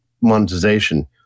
monetization